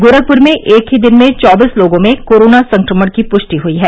गोरखपुर में एक ही दिन में चौबीस लोगों में कोरोना संक्रमण की पुष्टि हुयी है